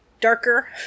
darker